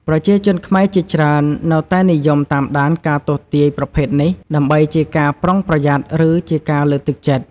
ប្រជាជនខ្មែរជាច្រើននៅតែនិយមតាមដានការទស្សន៍ទាយប្រភេទនេះ ដើម្បីជាការប្រុងប្រយ័ត្ន ឬជាការលើកទឹកចិត្ត។